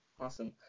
Awesome